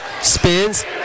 spins